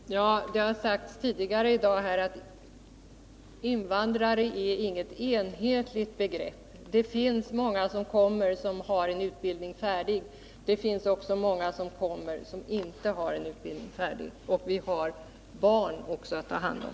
Herr talman! Det har sagts tidigare här i dag att invandrare är inget enhetligt begrepp. Många av dem som kommer har en utbildning färdig. Det är också många av dem som kommer som inte har en utbildning färdig, och vi har även barn att ta hand om.